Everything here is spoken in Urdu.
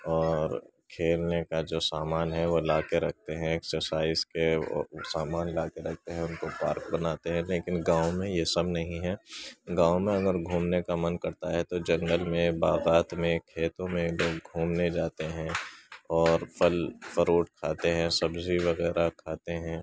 اور کھیلنے کا جو سامان ہے وہ لا کے رکھتے ہیں ایکسرسائز کے وہ سامان لا کے رکھتے ہیں ان کو پارک بناتے ہیں لیکن گاؤں میں یہ سب نہیں ہے گاؤں میں اگر گھومنے کا من کرتا ہے تو جنگل میں باغات میں کھیتوں میں لوگ گھومنے جاتے ہیں اور پھل فروٹ کھاتے ہیں سبزی وغیرہ کھاتے ہیں